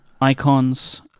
icons